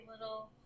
little